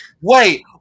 Wait